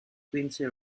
quincy